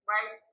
Right